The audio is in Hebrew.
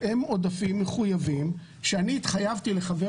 הם עודפים מחויבים שאני התחייבתי לחבר